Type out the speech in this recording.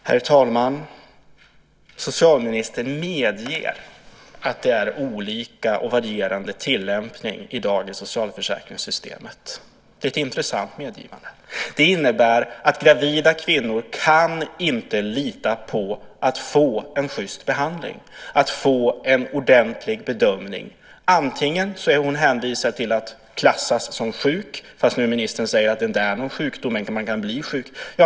Herr talman! Socialministern medger att det är olika och varierande tillämpning av dagens socialförsäkringssystem. Det är ett intressant medgivande. Det innebär att gravida kvinnor inte kan lita på att få en schyst behandling och en ordentlig bedömning. Ministern säger att graviditet inte är en sjukdom, men man kan bli sjuk.